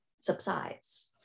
subsides